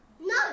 No